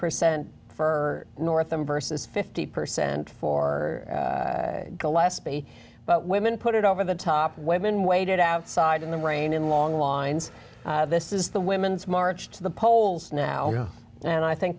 percent for northam versus fifty percent for gillespie but women put it over the top women waited outside in the rain in long lines this is the women's march to the polls now and i think